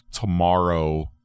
tomorrow